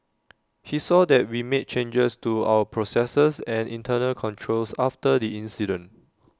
he saw that we made changes to our processes and internal controls after the incident